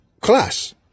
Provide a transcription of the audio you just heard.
class